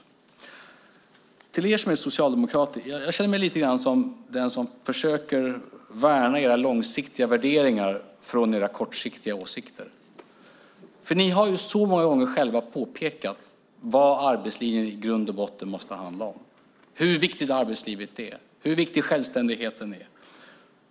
Till er socialdemokrater: Jag känner mig som den som försöker värna era långsiktiga värderingar från era kortsiktiga åsikter. Ni har så många gånger själva påpekat vad arbetslinjen i grund och botten måste handla om, nämligen hur viktigt arbetslivet är och hur viktig självständigheten är.